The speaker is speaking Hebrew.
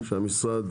שהמשרד